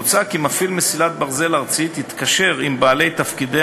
מוצע כי מפעיל מסילת ברזל ארצית יתקשר עם בעלי תפקידי